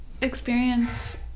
experience